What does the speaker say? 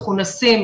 מכונסים,